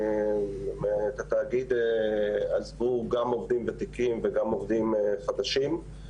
את התאגיד עזבו גם עובדים ותיקים וגם עובדים חדשים.